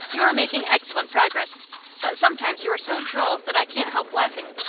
you are making excellent progress but sometimes you are so droll that i can't help laughing.